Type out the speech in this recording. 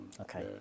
okay